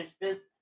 business